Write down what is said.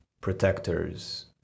Protectors